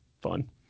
fun